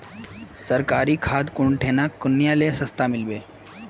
सरकारी खाद कौन ठिना कुनियाँ ले सस्ता मीलवे?